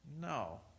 No